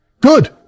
good